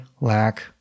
lack